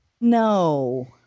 No